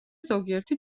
ზოგიერთი